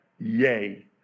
Yay